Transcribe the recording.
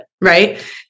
right